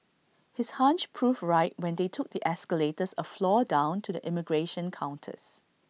his hunch proved right when they took the escalators A floor down to the immigration counters